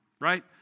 right